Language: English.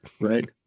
right